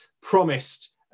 promised